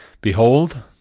Behold